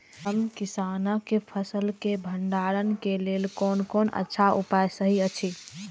हम किसानके फसल के भंडारण के लेल कोन कोन अच्छा उपाय सहि अछि?